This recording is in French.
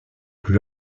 plus